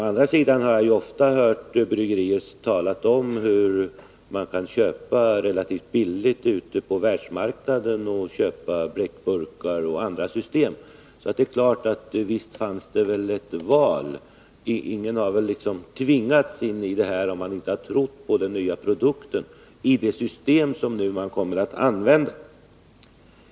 Å andra sidan har jag ofta hört bryggerier tala om hur man ute på världsmarknaden relativt billigt kan köpa bleckburkar och andra förpackningar. Så nog fanns det ett val. Ingen hade tvingats in i detta, om man inte hade trott på den nya produkten i det system som man nu kommer att använda.